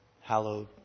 hallowed